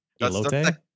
elote